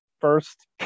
first